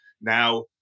Now